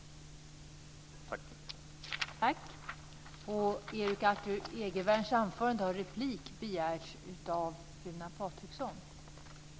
Tack!